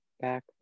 back